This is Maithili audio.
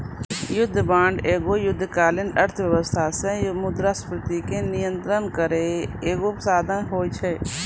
युद्ध बांड एगो युद्धकालीन अर्थव्यवस्था से मुद्रास्फीति के नियंत्रण करै के एगो साधन होय छै